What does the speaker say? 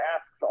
asks